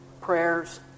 prayers